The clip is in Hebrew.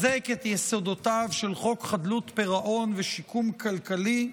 חוק חדלות פירעון ושיקום כלכלי,